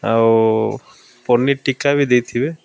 ଆଉ ପନିର୍ ଟିକ୍କା ବି ଦେଇଥିବେ